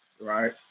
right